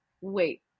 wait